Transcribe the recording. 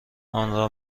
آنرا